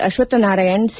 Ashwathnarayan C